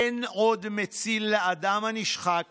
אין עוד מציל לאדם הנשחק